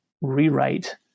rewrite